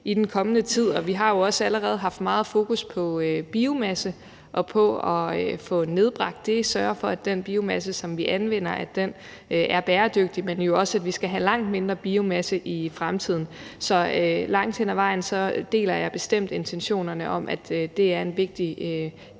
i den kommende tid. Og vi har jo også allerede haft meget fokus på biomasse, på at få nedbragt det og sørge for, at den biomasse, som vi anvender, er bæredygtig, men jo også, at vi skal have langt mindre biomasse i fremtiden. Så langt hen ad vejen deler jeg bestemt intentionerne i, at det her også